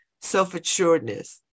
self-assuredness